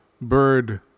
bird